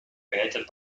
created